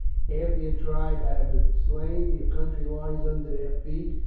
half your tribe have been slain, your country lies under their feet.